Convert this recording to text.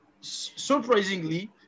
surprisingly